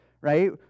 right